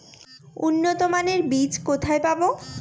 উন্নতমানের বীজ কোথায় পাব?